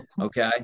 Okay